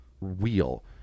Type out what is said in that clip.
wheel